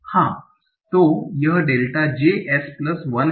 तो यह delta j S plus 1 है